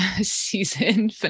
season